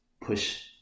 push